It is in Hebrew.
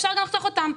אפשר לחתוך אותם.